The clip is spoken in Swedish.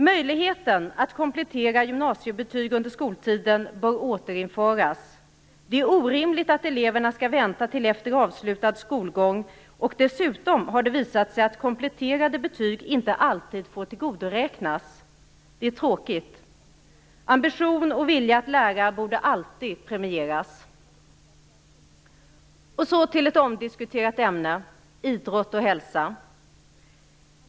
Möjligheten att komplettera gymnasiebetyg under skoltiden bör återinföras. Det är orimligt att eleverna skall vänta till efter avslutad skolgång. Dessutom har det visat sig att kompletterade betyg inte alltid får tillgodoräknas. Det är tråkigt. Ambition och vilja att lära borde alltid premieras. Jag går så över till ett omdiskuterat ämne - idrott och hälsa.